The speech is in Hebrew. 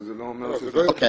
אבל זה לא אומר ש --- סליחה,